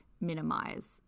minimize